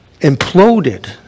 imploded